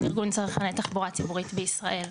ארגון צרכני תחבורה ציבורית בישראל.